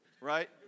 right